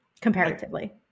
Comparatively